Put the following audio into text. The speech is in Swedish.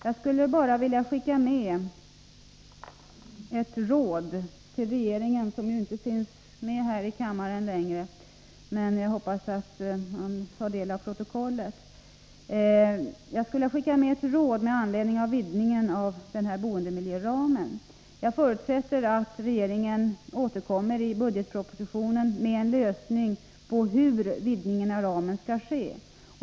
Jag skulle bara vilja skicka med ett råd till regeringen — den är inte längre representerad här i kammaren, men jag hoppas att man kommer att studera protokollet — med anledning av vidgningen av boendemiljöramen. Jag förutsätter att regeringen återkommer i budgetpropositionen med förslag till hur en vidgning av ramen skall ske.